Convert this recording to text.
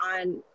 on